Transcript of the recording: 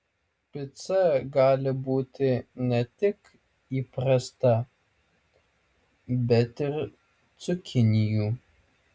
pica gali būti ne tik įprasta bet ir cukinijų